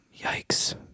yikes